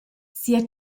sia